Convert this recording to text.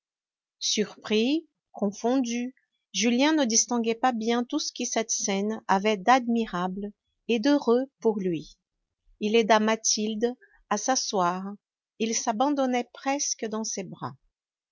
surpris confondu julien ne distinguait pas bien tout ce que cette scène avait d'admirable et d'heureux pour lui il aida mathilde à s'asseoir elle s'abandonnait presque dans ses bras